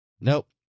Nope